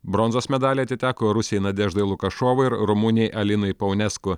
bronzos medaliai atiteko rusei nadeždai lukašovai ir rumunei alinai paunesku